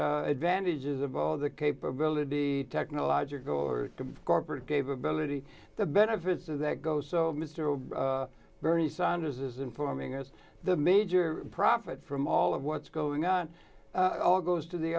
advantages of all the capability technological or corporate capability the benefits of that go so mr bernie sanders is informing us the major profit from all of what's going on all goes to the